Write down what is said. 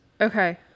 Okay